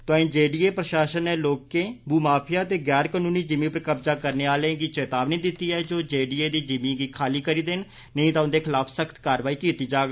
तोआई जेडीए प्रशासन नै लोकें भूमाफिया ते गैर कनून जिमीं पर कब्जा जमाने आले गी चेतावनी दितती ऐ जे ओह् जेडीए दी जिमीं गी खाली करी देन नेईं तां उंदे खलाफ सख्त कारवाइ कीती जाग